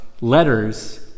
letters